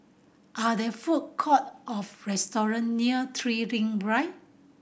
are there food court or restaurant near Three Ring Drive